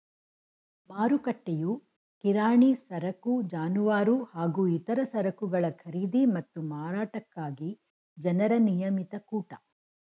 ಮಾರುಕಟ್ಟೆಯು ಕಿರಾಣಿ ಸರಕು ಜಾನುವಾರು ಹಾಗೂ ಇತರ ಸರಕುಗಳ ಖರೀದಿ ಮತ್ತು ಮಾರಾಟಕ್ಕಾಗಿ ಜನರ ನಿಯಮಿತ ಕೂಟ